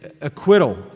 acquittal